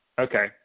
Okay